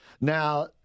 Now